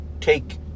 take